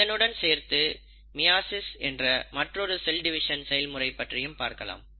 இதனுடன் சேர்த்து மியாசிஸ் என்ற மற்றொரு செல் டிவிஷன் செயல்முறை பற்றியும் பார்க்கலாம்